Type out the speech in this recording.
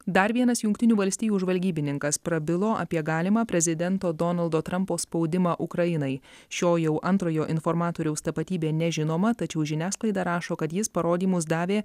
dar vienas jungtinių valstijų žvalgybininkas prabilo apie galimą prezidento donaldo trumpo spaudimą ukrainai šio jau antrojo informatoriaus tapatybė nežinoma tačiau žiniasklaida rašo kad jis parodymus davė